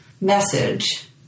message